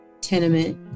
tenement